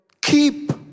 keep